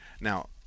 Now